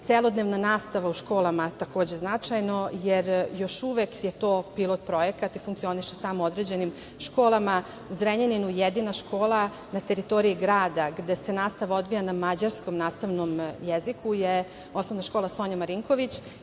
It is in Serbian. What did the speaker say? celodnevna nastava u školama takođe značajna, jer, još uvek je to pilot projekat i funkcioniše samo u određenim školama. U Zrenjaninu jedina škola na teritoriji grada gde se nastava odvija na mađarskom nastavnom jeziku je osnovna škola "Sonja Marinković"